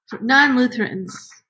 Non-Lutherans